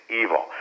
evil